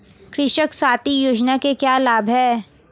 कृषक साथी योजना के क्या लाभ हैं?